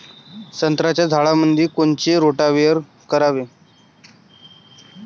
संत्र्याच्या झाडामंदी कोनचे रोटावेटर करावे?